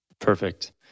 Perfect